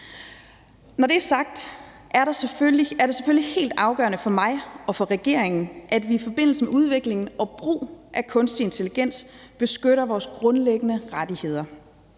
Når det er sagt, er det selvfølgelig helt afgørende for mig og for regeringen, at vi i forbindelse med udvikling og brug af kunstig intelligens beskytter vores grundlæggende rettigheder.